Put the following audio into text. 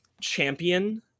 champion